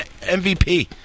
MVP